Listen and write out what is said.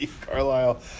Carlisle